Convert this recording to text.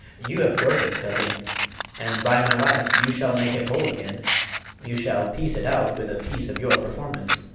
you have broke it, cousin and by my life, you shall make it whole again you shall piece it out with a piece of your performance.